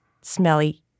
smelly